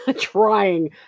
Trying